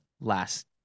last